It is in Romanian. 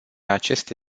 aceste